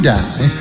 die